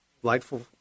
delightful